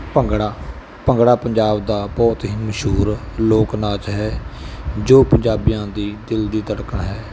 ਭੰਗੜਾ ਭੰਗੜਾ ਪੰਜਾਬ ਦਾ ਬਹੁਤ ਹੀ ਮਸ਼ਹੂਰ ਲੋਕ ਨਾਚ ਹੈ ਜੋ ਪੰਜਾਬੀਆਂ ਦੀ ਦਿਲ ਦੀ ਧੜਕਣ ਹੈ